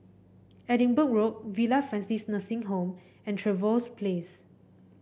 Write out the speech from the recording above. Edinburgh Road Villa Francis Nursing Home and Trevose Place